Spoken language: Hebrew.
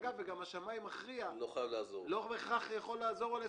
השמאי המכריע לא בהכרח יכול לעזור לו.